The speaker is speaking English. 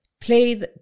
play